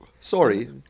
Sorry